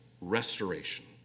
restoration